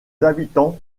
habitants